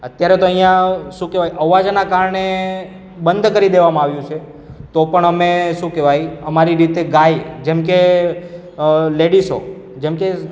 અત્યારે તો અહીંયાં શું કહેવાય અવાજના કારણે બંધ કરી દેવામાં આવ્યું છે તો પણ અમે શું કહેવાય અમારી રીતે ગાઈ જેમ કે લેડિસો જેમ કે